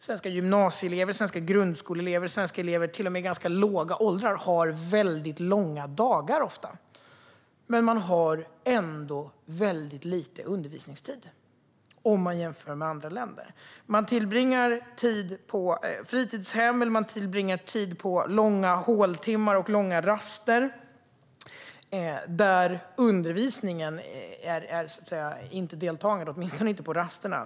Svenska gymnasieelever och grundskoleelever, till och med i ganska låga åldrar, har ofta mycket långa dagar men ändå väldigt lite undervisningstid jämfört med andra länder. Eleverna tillbringar tid på fritidshem eller på långa håltimmar och raster, och där sker ingen undervisning - åtminstone inte på rasterna.